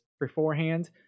beforehand